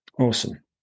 Awesome